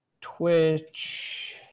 Twitch